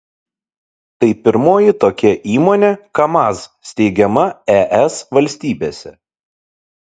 tai pirmoji tokia įmonė kamaz steigiama es valstybėse